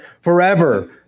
forever